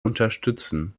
unterstützen